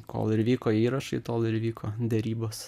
kol ir vyko įrašai tol ir vyko derybos